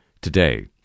today